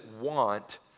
want